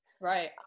right